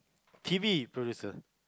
T_V producer